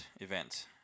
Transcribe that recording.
event